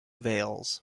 veils